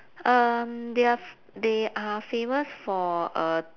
um they are f~ they are famous for uh